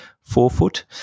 forefoot